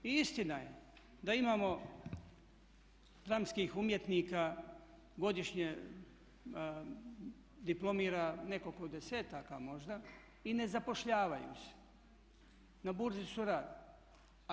I istina je da imamo dramskih umjetnika godišnje diplomira nekoliko 10-aka možda i ne zapošljavaju se, na Burzi su rada.